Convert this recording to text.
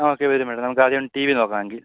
ആ ഓക്കേ വരൂ മേഡം നമുക്കാദ്യം ടീ വി നോക്കാം എങ്കിൽ